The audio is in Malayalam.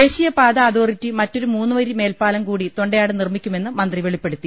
ദേശീയപാതാ അതോ റിറ്റി മറ്റൊരു മൂന്നുവരി മേൽപ്പാലം കൂടി തൊണ്ടയാട് നിർമ്മിക്കുമെന്ന് മന്ത്രി വെളിപ്പെടുത്തി